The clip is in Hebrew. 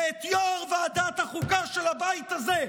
ויו"ר ועדת החוקה של הבית הזה,